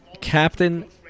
Captain